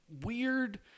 weird